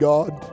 God